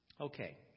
okay